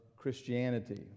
Christianity